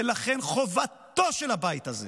ולכן חובתו של הבית הזה